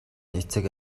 эцэг